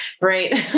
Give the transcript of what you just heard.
right